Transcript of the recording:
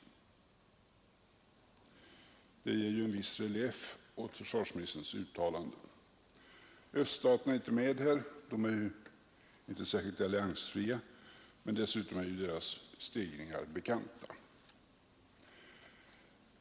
Det ger ju en viss relief åt försvarsministerns uttalande. — Öststaterna är inte med här. De är inte särskilt alliansfria, och dessutom är ju deras stegringar bekanta.